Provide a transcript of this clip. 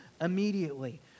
immediately